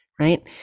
Right